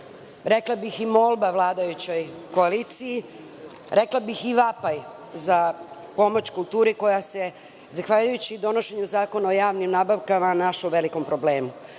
rekla bih i molba vladajućoj koaliciji, rekla bih i vapaj za pomoć kulturi koja se, zahvaljujući donošenju Zakona o javnim nabavkama, našla u velikom problemu. Navešću